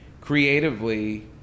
creatively